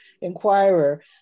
inquirer